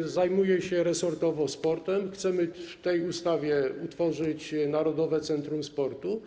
zajmuje się resortowo sportem, chcemy na mocy tej ustawy utworzyć Narodowe Centrum Sportu.